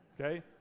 Okay